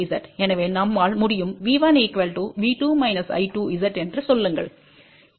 எனவே நம்மால் முடியும் V1V2 I2Zஎன்று சொல்லுங்கள்